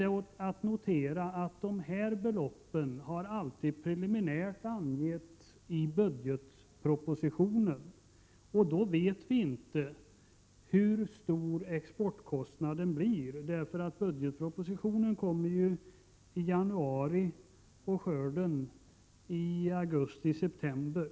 Det är att notera att dessa belopp alltid har angetts preliminärt i budgetpropositionen. Man vet ju inte hur stor exportkostnaden blir, eftersom budgetpropositionen kommer i januari och skörden i augustiseptember.